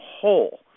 whole